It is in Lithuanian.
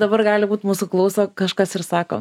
dabar gali būt mūsų klauso kažkas ir sako